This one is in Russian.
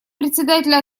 председателя